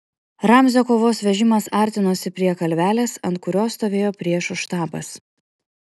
ramzio kovos vežimas artinosi prie kalvelės ant kurios stovėjo priešo štabas